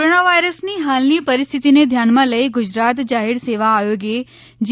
corona વાયરસની હાલની પરિસ્થિતીને ધ્યાનમાં લઇ ગુજરાત જાહેર સેવા આયોગે જી